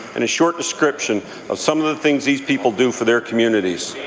and a short description of some of the things these people do for their communities.